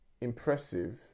impressive